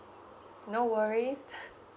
no worries